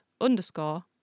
underscore